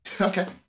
Okay